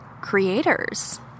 creators